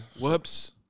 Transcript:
Whoops